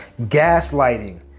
Gaslighting